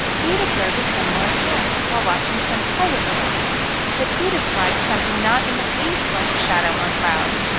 he had observed a similar appearance, while watching some pilot balloons but he describes something not in the least like a shadow on clouds,